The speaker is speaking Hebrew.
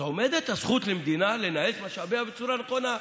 אז עומדת הזכות למדינה לנהל את משאביה בצורה נכונה.